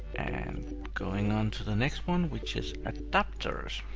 and going on to the next one, which is adapters.